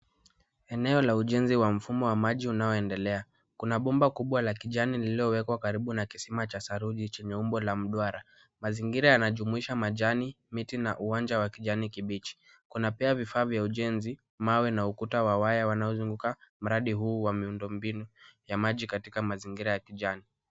Eneo la ujenzi wa mfumo wa maji unaoendelea. Kuna bpmba kubwa la kijani lililowekwa karibu na kisima cha saruni chenye umbo wa mduara. Mazingira yanajumuisha majani, miti na uwanja wa kijani kibichi. Kuna pia vifaa vya ujenzi, mawe na ukuta wa waya unaozunguka mradi huu wa miundo mbinu ya maji katika mazingira ya kijani.